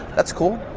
that's cool.